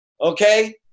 Okay